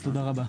תודה רבה.